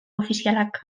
ofizialak